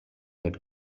that